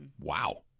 Wow